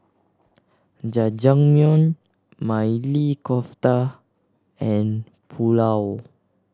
Jajangmyeon Maili Kofta and Pulao